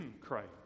Christ